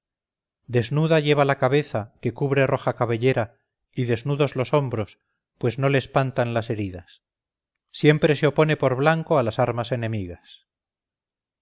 desnuda lleva la cabeza que cubre roja cabellera y desnudos los hombros pues no le espantan las heridas siempre se opone por blanco a las armas enemigas